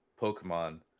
Pokemon